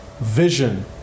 vision